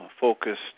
focused